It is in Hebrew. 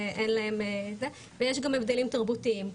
ויש גם הבדלים תרבותיים.